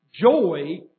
joy